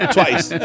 Twice